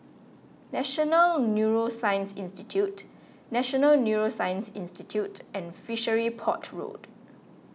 National Neuroscience Institute National Neuroscience Institute and Fishery Port Road